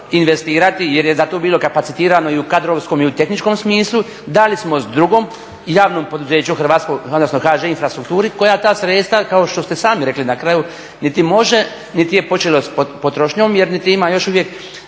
investirati jer je za to bilo kapacitirano i u kadrovskom i u tehničkom smislu, dali smo drugom javnom poduzeću, odnosno HŽ infrastrukturi koja ta sredstva, kao što ste sami rekli na kraju, niti može, niti je počelo s potrošnjom jer niti ima još uvijek